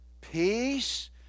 peace